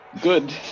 good